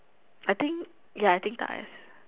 I think ya I think nice